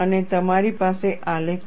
અને તમારી પાસે આલેખ છે